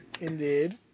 Indeed